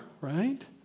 right